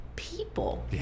People